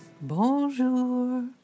bonjour